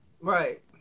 Right